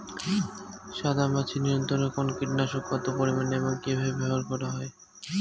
সাদামাছি নিয়ন্ত্রণে কোন কীটনাশক কত পরিমাণে এবং কীভাবে ব্যবহার করা হয়?